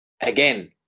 Again